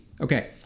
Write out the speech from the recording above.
Okay